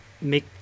make